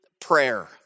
prayer